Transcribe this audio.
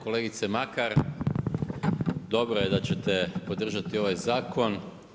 Kolegice Makar, dobro je da ćete podržati ovaj zakon.